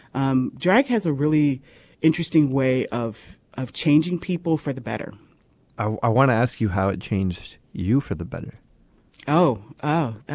um drag has a really interesting way of of changing people for the better i want to ask you how it changed you for the better oh oh.